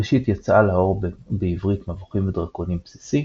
ראשית יצאה לאור בעברית מבוכים ודרקונים בסיסי,